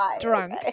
Drunk